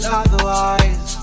otherwise